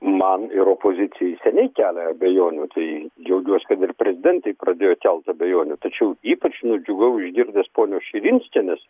man ir opozicijai seniai kelia abejonių tai džiaugiuos kad ir prezidentei pradėjo kelt abejonių tačiau ypač nudžiugau išgirdęs ponios širinskienės